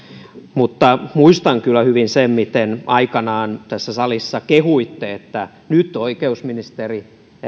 mutta muistan kyllä hyvin sen miten aikanaan tässä salissa kehuitte että nyt oikeusministeri